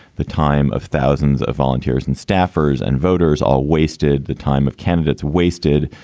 the time of thousands of volunteers and staffers and voters all wasted. the time of candidates wasted,